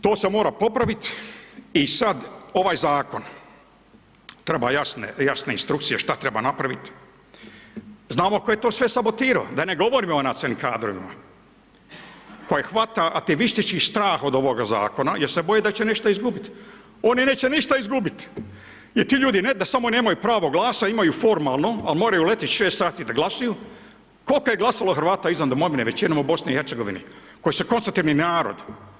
To se mora popravit i sad ovaj zakon treba jasne instrukcije šta treba napravit, znamo tko se sve to sabotiro, da ne govorimo o nacionalnim kadrovima koje hvata ativistički strah od ovoga zakona jer se boje da će nešto izgubiti, oni neće ništa izgubiti, jer ti ljudi ne da samo nemaju pravo glasa, imaju formalno, ali moraju letit 6 sati da glasuju koliko je glasalo Hrvata izvan domovine, većinom u BiH koji su konstutivni narod.